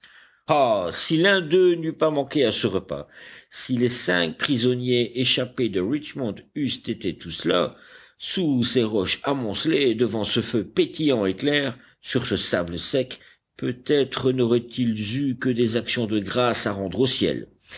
ah si l'un d'eux n'eût pas manqué à ce repas si les cinq prisonniers échappés de richmond eussent été tous là sous ces roches amoncelées devant ce feu pétillant et clair sur ce sable sec peut-être n'auraient-ils eu que des actions de grâces à rendre au ciel